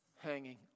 hanging